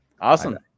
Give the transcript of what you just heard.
Awesome